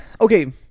Okay